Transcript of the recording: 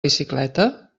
bicicleta